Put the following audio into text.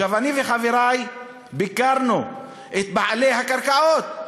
אני וחברי ביקרנו את בעלי הקרקעות,